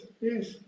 yes